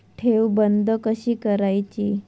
ठेव बंद कशी करायची?